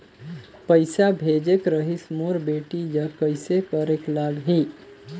पइसा भेजेक रहिस मोर बेटी जग कइसे करेके लगही?